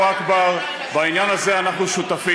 הייתה לה בעיה כאשר יצאה למלחמה נגד